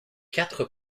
quatre